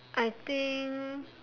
I think